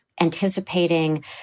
Anticipating